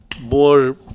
more